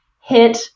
hit